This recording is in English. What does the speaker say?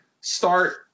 start